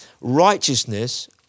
Righteousness